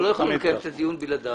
אנחנו לא יכולים לקיים את הדיון בלעדיו.